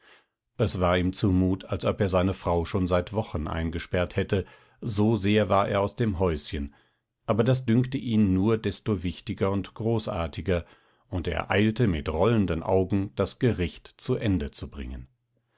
es war ihm zu mut als ob er seine frau schon seit wochen eingesperrt hätte so sehr war er aus dem häuschen aber das dünkte ihn nur desto wichtiger und großartiger und er eilte mit rollenden augen das gericht zu ende zu bringen